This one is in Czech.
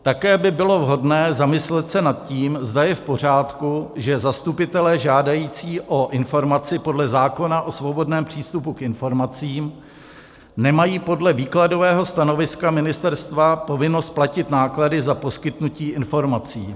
Také by bylo vhodné zamyslet se nad tím, zda je v pořádku, že zastupitelé žádající o informaci podle zákona o svobodném přístupu k informacím nemají podle výkladového stanoviska ministerstva povinnost platit náklady za poskytnutí informací.